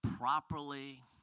properly